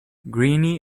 greene